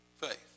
faith